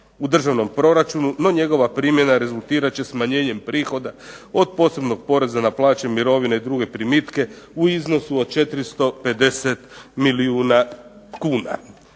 u državnom proračunu, no njegova primjena rezultirat će na smanjenje prihoda od posebnog poreza na plaće, mirovine i druge primitke u iznosu od 450 milijuna kuna".